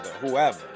whoever